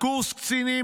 קורס קצינים,